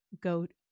goat